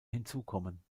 hinzukommen